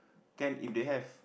can if they have